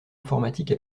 informatique